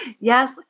yes